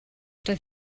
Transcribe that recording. doedd